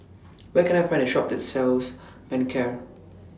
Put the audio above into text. Where Can I Find A Shop that sells Manicare